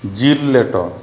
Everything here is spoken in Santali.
ᱡᱤᱞ ᱞᱮᱴᱚ